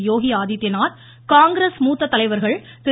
யோகி ஆதித்யநாத் காங்கிரஸ் மூத்த தலைவர்கள் திரு